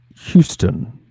Houston